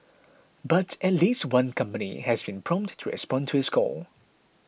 but at least one company has been prompt to respond to his call